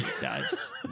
dives